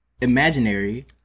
imaginary